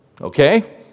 Okay